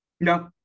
No